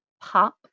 pop